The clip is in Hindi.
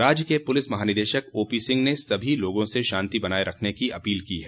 राज्य के पुलिस महानिदेशक ओपी सिंह ने सभी लोगों से शांति बनाए रखने की अपील की है